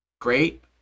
great